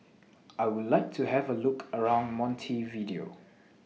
I Would like to Have A Look around Montevideo